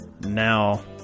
now